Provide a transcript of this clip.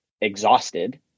exhausted